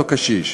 אותו קשיש.